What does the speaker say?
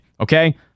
Okay